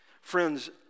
Friends